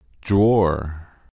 Drawer